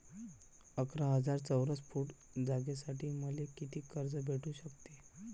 अकरा हजार चौरस फुट जागेसाठी मले कितीक कर्ज भेटू शकते?